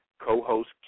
co-host